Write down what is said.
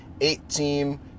eight-team